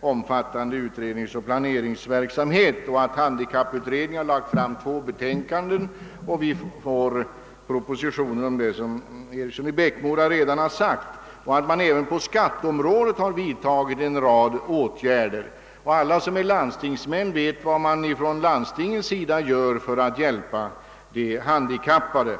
omfattande planeringsoch utredningsverksamhet. Handikapputredningen har framlagt två betänkanden, och en proposition med vissa förslag beträffande de handikappade har, såsom herr Eriksson i Bäckmora redan sagt, nyligen avlämnats. Också på skatteområdet har en mängd åtgärder vidtagits, och alla som är lands tingsmän känner till vad landstingen gör för att hjälpa de handikappade.